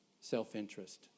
self-interest